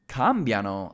cambiano